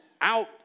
out